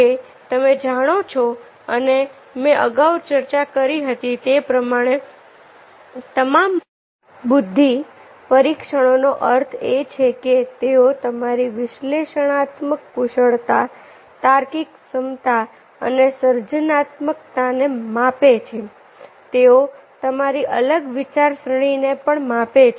જે તમે જાણો છો અને મેં અગાઉ ચર્ચા કરી હતી તે પ્રમાણે તમામ બુદ્ધિ પરીક્ષણો નો અર્થ એ છે કે તેઓ તમારી વિશ્લેષણાત્મક કુશળતા તાર્કિક સમતા અને સર્જનાત્મકતાને માપે છે તેઓ તમારી અલગ વિચારસરણીને પણ માપે છે